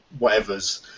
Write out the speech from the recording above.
whatevers